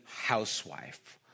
housewife